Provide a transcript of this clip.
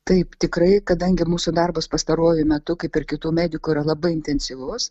taip tikrai kadangi mūsų darbas pastaruoju metu kaip ir kitų medikų yra labai intensyvus